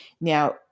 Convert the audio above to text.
Now